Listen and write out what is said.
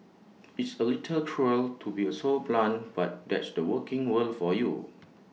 it's A little cruel to be so blunt but that's the working world for you